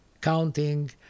counting